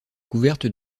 couverte